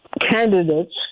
candidates